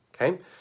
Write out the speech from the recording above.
okay